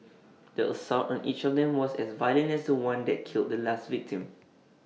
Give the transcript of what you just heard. the assault on each of them was as violent as The One that killed the last victim